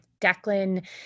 Declan